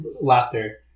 laughter